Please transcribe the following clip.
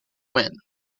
when